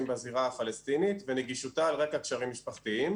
בזירה הפלסטינית ונגישותה על רקע קשרים משפחתיים.